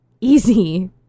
easy